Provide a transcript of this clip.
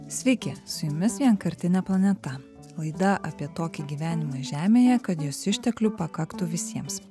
sveiki su jumis vienkartinė planeta laida apie tokį gyvenimą žemėje kad jos išteklių pakaktų visiems